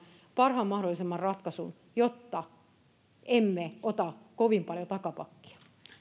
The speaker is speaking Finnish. parhaan mahdollisen ratkaisun jotta emme ota kovin paljon takapakkia